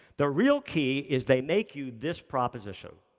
the real key is they make you this proposition.